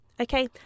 okay